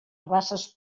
races